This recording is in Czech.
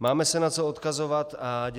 Máme se na co odkazovat a